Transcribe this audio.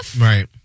Right